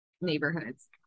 neighborhoods